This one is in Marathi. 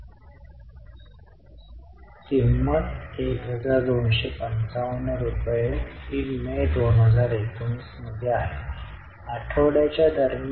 तर आपण हे ओ मधून कमी करू आणि म्हणूनच याला मी आणि ओ आणि अधिक आणि वजा म्हणून चिन्हांकित केले आहे